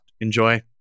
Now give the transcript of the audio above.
Enjoy